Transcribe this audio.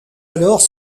alors